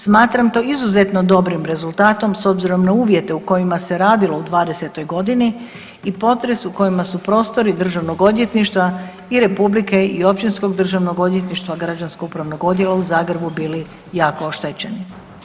Smatram to izuzetno dobrim rezultatom s obzirom na uvjete u kojima se radilo u '20.-toj godini i potresu u kojima su prostori državnog odvjetništva i Republike i Općinskog državnog odvjetništva, Građansko-upravnog odjela u Zagrebu bili jako oštećeni.